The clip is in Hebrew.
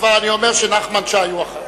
וכבר אני אומר שנחמן שי הוא אחריו,